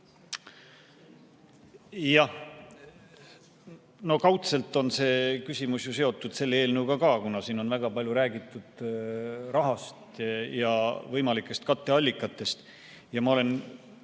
Jah, no kaudselt on see küsimus ju seotud selle eelnõuga ka, kuna siin on väga palju räägitud rahast ja võimalikest katteallikatest ja ma olen